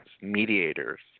mediators